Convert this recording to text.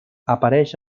apareix